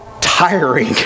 tiring